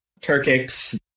Turkics